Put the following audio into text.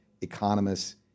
economists